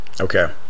Okay